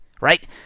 right